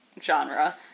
genre